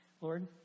Lord